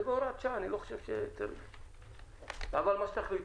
זה בהוראת שעה, אבל מה שתחליטו.